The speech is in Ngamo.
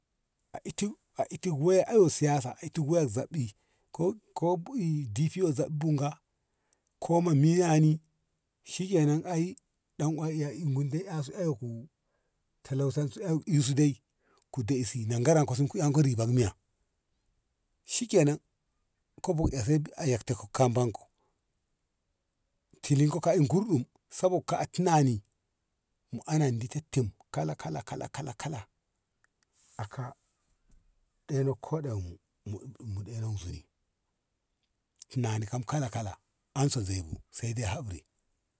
A itu a itu waya ayo siyasa a itu waya zaɓɓi ko- ko e dpo zaɓi bunga ko ma miya ni shikenan ai dan uwa gundai ehsu iyaku talausan sun eu isu dai ku na garan ku sun ku na riban shi ke nan kabo ehse sai ayyantan ko kamban ko tilin ka in gurdum sabog a tinani mu ana di dat tim kala kala kala a ka ɗeno ko ɗemu mu ɗeno zuni tunani kam kala kala amse zoi bu sai hakuri.